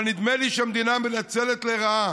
אבל נדמה לי שהמדינה מנצלת לרעה